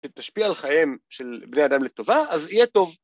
‫שתשפיע על חייהם של בני אדם לטובה, ‫אז יהיה טוב.